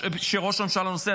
כשראש הממשלה נוסע.